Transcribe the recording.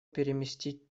переместить